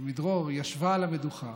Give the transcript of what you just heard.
עמידרור ישבה על המדוכה,